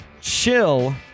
chill